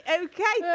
okay